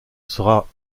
sera